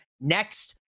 next